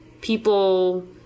people